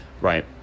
right